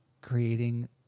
creating